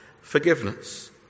forgiveness